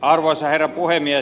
arvoisa herra puhemies